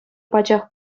пачах